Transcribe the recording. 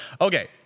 Okay